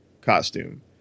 costume